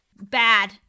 bad